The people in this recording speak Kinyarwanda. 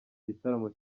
gitaramo